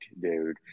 dude